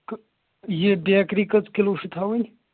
کہٕ یہِ بیکری کٔژ کِلوٗ چھِ تھاوٕنۍ